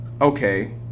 okay